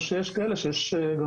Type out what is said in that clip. אם יש משפחה שהיא גם